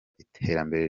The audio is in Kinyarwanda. iterambere